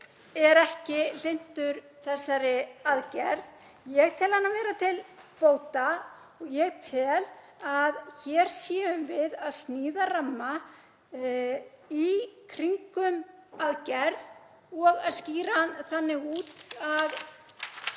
er ekki hlynntur þessari aðgerð. Ég tel hana vera til bóta. Ég tel að hér séum við að sníða ramma í kringum aðgerð og skýra þannig út að